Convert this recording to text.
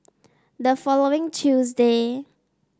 the following Tuesday